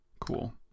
cool